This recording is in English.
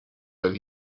that